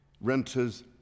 Renters